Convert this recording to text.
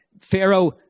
Pharaoh